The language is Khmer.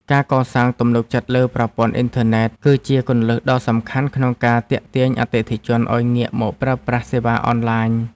ការកសាងទំនុកចិត្តលើប្រព័ន្ធអ៊ីនធឺណិត គឺជាគន្លឹះដ៏សំខាន់ក្នុងការទាក់ទាញអតិថិជនឱ្យងាកមកប្រើប្រាស់សេវាអនឡាញ។